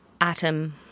atom